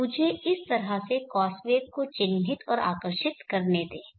तो मुझे इस तरह से कॉस वेव को चिह्नित और आकर्षित करने दें